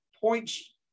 points